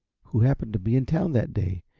who happened to be in town that day,